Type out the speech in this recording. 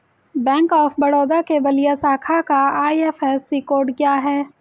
Bank of Baroda के बलिया शाखा का आई.एफ.एस.सी कोड क्या है?